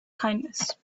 kindness